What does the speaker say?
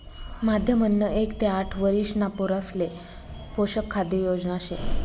माध्यम अन्न एक ते आठ वरिषणा पोरासले पोषक खाद्य योजना शे